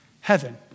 Heaven